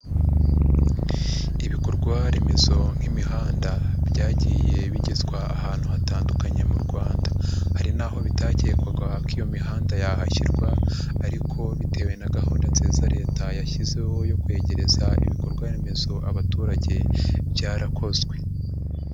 Ibikorwaremezo nk'imihanda byagiye bigezwa ahantu hatandukanye mu Rwanda hari n'aho bitakekwagwa ko iyo mihanda yahashyirwa ariko bitewe na gahunda nziza leta yashyizeho yo kwegereza ibikorwa remezo abaturage byarakozwe.